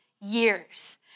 years